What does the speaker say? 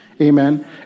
Amen